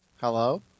Hello